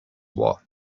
what